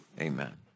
Amen